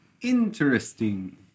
Interesting